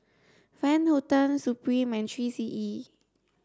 Van Houten Supreme and three C E